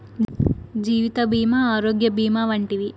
జీవిత భీమా ఆరోగ్య భీమా వంటివి